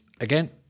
again